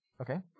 Okay